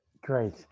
great